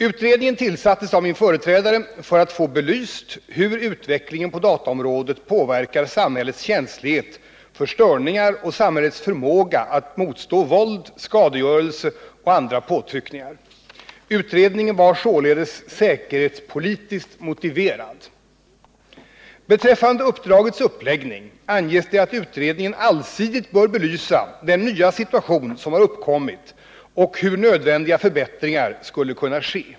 Utredningen tillsattes av min företrädare för att få belyst hur utvecklingen på dataområdet påverkar samhällets känslighet för störningar och samhällets förmåga att motstå våld, skadegörelse och andra påtryckningar. Utredningen var således säkerhetspolitiskt motiverad. Beträffande uppdragets uppläggning anges det att utredningen allsidigt bör belysa den nya situation som har uppkommit och hur nödvändiga förbättringar skulle kunna ske.